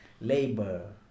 labor